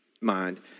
mind